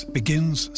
begins